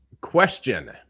question